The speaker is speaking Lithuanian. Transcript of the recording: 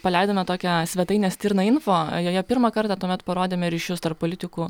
paleidome tokią svetainę stirna info joje pirmą kartą tuomet parodėme ryšius tarp politikų